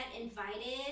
invited